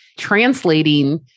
translating